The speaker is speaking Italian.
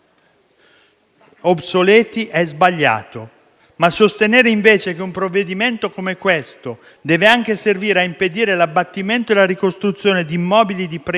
obsoleti è sbagliato; per contro, sostenere che un provvedimento come questo deve anche servire a impedire l'abbattimento e la ricostruzione di immobili di pregio